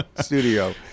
studio